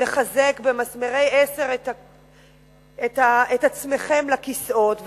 לחזק במסמרי 10 את עצמכם לכיסאות,